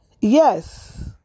Yes